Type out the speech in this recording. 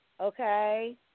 Okay